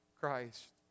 Christ